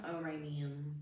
uranium